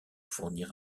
fournir